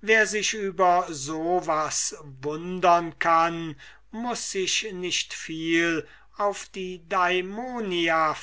wer sich über so was wundern kann muß sich nicht viel auf die